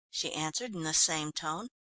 she answered in the same tone.